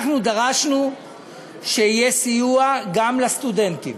אנחנו דרשנו שיהיה סיוע גם לסטודנטים.